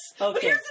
Okay